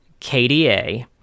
KDA